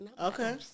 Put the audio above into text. Okay